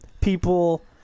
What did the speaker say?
people